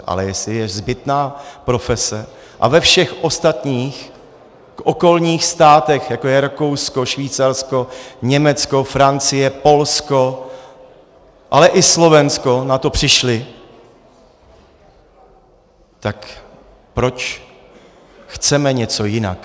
Ale jestli je zbytná profese a ve všech ostatních okolních státech, jako je Rakousko, Švýcarsko, Německo, Francie, Polsko, ale i Slovensko, na to přišli, tak proč chceme něco jinak?